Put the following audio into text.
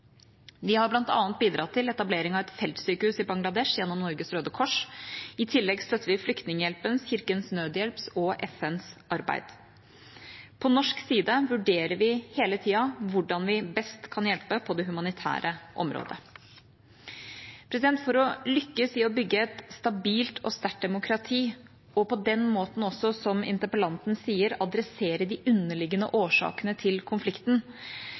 Vi har bl.a. bidratt til etablering av et feltsykehus i Bangladesh gjennom Norges Røde Kors. I tillegg støtter vi Flyktninghjelpens, Kirkens Nødhjelps og FNs arbeid. På norsk side vurderer vi hele tida hvordan vi best kan hjelpe på det humanitære området. For å lykkes i å bygge et stabilt og sterkt demokrati og på den måten, som interpellanten sier, adressere de underliggende årsakene til konflikten,